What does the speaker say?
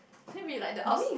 think we like the outs~